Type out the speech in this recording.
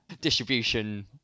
distribution